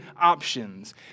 options